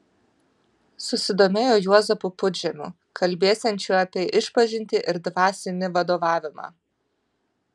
susidomėjo juozapu pudžemiu kalbėsiančiu apie išpažintį ir dvasinį vadovavimą